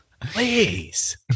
Please